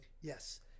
Yes